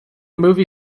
movie